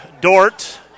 Dort